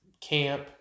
camp